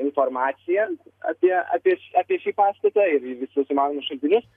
informaciją apie apie apie šį pastatą ir į visus įmanomus šaltinius